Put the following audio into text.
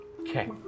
Okay